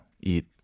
eat